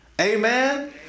Amen